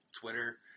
Twitter